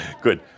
Good